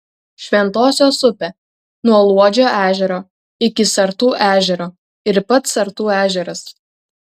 šventosios upė nuo luodžio ežero iki sartų ežero ir pats sartų ežeras